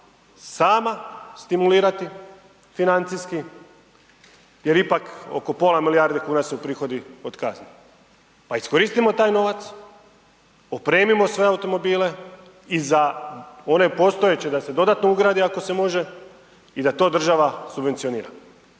sama stimulirati financijski jer ipak oko pola milijardi su prihodi od kazni, pa iskoristimo taj novac, opremimo sve automobile i za one postojeće da se dodatno ugradi ako se može i da to država subvencionira,